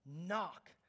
Knock